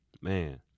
man